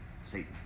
Satan